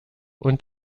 und